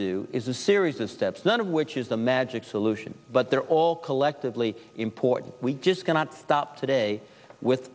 do is a series of steps none of which is a magic solution but they're all collectively important we just cannot stop today with